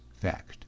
fact